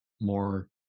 More